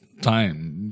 time